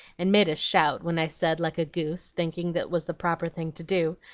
and made us shout when i said, like a goose, thinking that was the proper thing to do,